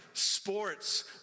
Sports